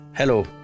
Hello